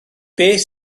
beth